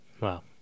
Wow